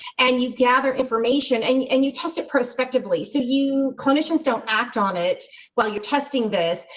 and you gather information and you and you test it prospectively. so you clinicians don't act on it while you're testing this.